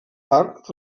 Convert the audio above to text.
part